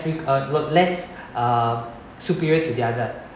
trick uh work less uh superior to the other